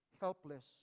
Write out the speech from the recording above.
helpless